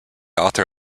author